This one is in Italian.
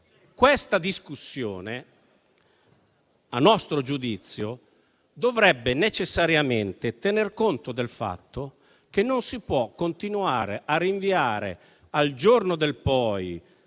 questa discussione a nostro giudizio dovrebbe necessariamente tener conto del fatto che non si può continuare a rinviare, al giorno del poi,